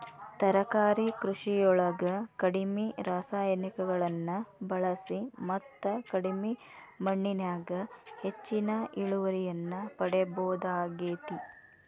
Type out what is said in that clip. ತರಕಾರಿ ಕೃಷಿಯೊಳಗ ಕಡಿಮಿ ರಾಸಾಯನಿಕಗಳನ್ನ ಬಳಿಸಿ ಮತ್ತ ಕಡಿಮಿ ಮಣ್ಣಿನ್ಯಾಗ ಹೆಚ್ಚಿನ ಇಳುವರಿಯನ್ನ ಪಡಿಬೋದಾಗೇತಿ